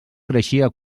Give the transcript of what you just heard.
creixia